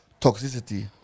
toxicity